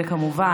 זה כמובן,